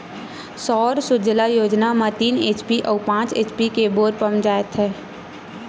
सौर सूजला योजना म तीन एच.पी अउ पाँच एच.पी के बोर पंप दे जाथेय